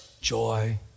joy